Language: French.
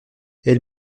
elle